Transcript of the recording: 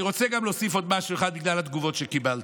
אני רוצה גם להוסיף משהו אחד בגלל התגובות שקיבלתי.